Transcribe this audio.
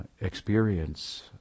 experience